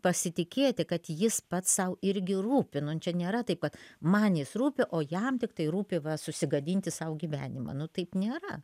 pasitikėti kad jis pats sau irgi rūpi nu čia nėra taip kad man jis rūpi o jam tik tai rūpi va susigadinti sau gyvenimą nu taip nėra